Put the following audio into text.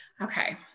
Okay